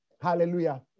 Hallelujah